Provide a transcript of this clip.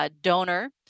Donor